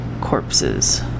corpses